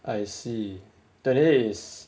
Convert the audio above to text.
I see twenty eight is